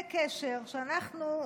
זה קשר שאנחנו,